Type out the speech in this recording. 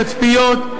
תצפיות,